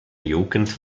jugend